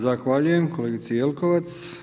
Zahvaljujem kolegici Jelkovac.